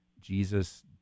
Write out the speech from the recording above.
Jesus